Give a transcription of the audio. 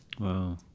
Wow